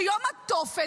ביום התופת,